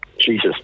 Jesus